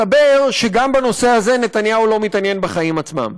מסתבר שגם בנושא הזה נתניהו לא מתעניין בחיים עצמם,